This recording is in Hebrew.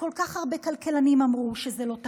כשכל כך הרבה כלכלנים אמרו שזה לא תקין,